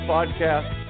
Podcast